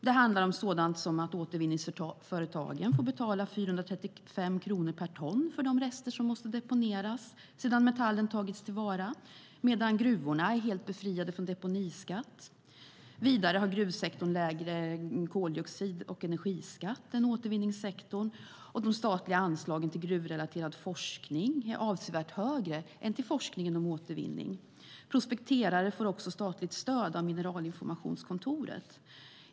Det handlar om sådant som att återvinningsföretagen får betala 435 kronor per ton för de rester som måste deponeras sedan metallen tagits till vara medan gruvorna är helt befriade från deponiskatt. Vidare har gruvsektorn lägre koldioxid och energiskatt än återvinningssektorn, och de statliga anslagen till gruvrelaterad forskning är avsevärt högre än till forskning om återvinning. Prospekterare får också statligt stöd av Mineralinformationskontoret.